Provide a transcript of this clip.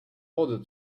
order